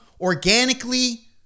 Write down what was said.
organically